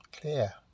clear